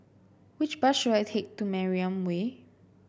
which bus should I take to Mariam Way